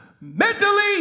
mentally